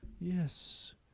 yes